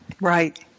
Right